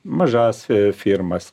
mažas firmas